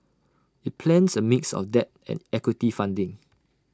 IT plans A mix of debt and equity funding